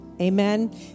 Amen